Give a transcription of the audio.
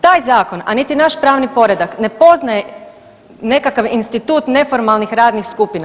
Taj zakon, a niti naš pravni poredak ne poznaje nekakav institut neformalnih radnih skupina.